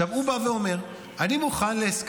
עכשיו הוא בא ואומר: אני מוכן לעסקה,